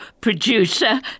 producer